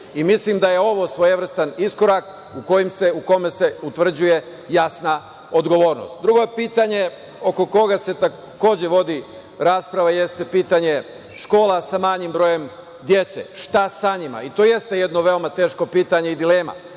Mislim da je ovo svojevrstan iskorak u kome se utvrđuje jasna odgovornost. Drugo pitanje oko koga se takođe vodi rasprava, jeste pitanje škola sa manjim brojem dece. Šta sa njima? To jeste jedno veoma teško pitanje i dilema.